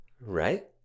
Right